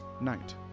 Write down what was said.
Night